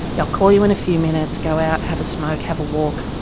i'll call you in a few minutes, go out, have a smoke, have a walk,